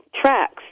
tracks